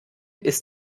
ist